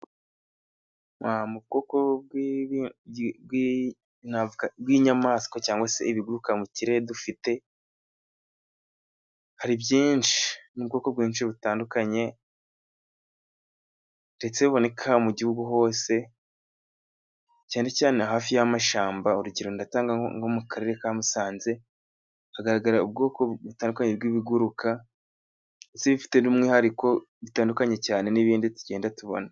Mu bwoko bw'inyamaswa cyangwa se ibiguruka mu kirere dufite, hari byinshi n'ubwoko bwinshi butandukanye, ndetse buboneka mu gihugu hose cyane cyane hafi y'amashamba. Urugero nko mu karere ka Musanze hagaragara ubwoko butandukanye bw'ibiguruka, ndetse bifite n'umwihariko bitandukanye cyane n'ibindi tugenda tubona.